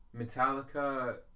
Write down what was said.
Metallica